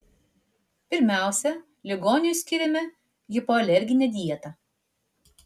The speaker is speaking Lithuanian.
pirmiausia ligoniui skiriame hipoalerginę dietą